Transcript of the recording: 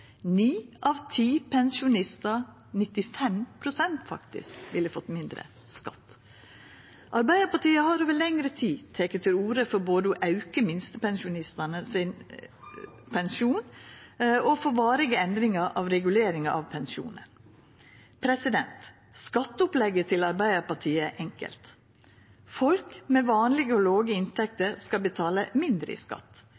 Ni av ti pensjonistar, 95 pst. faktisk, ville fått mindre skatt. Arbeidarpartiet har over lengre tid teke til orde for både å auka pensjonen for minstepensjonistane og å få varige endringar av reguleringa av pensjonen. Skatteopplegget til Arbeidarpartiet er enkelt: Folk med vanlege og låge inntekter skal betala mindre i skatt.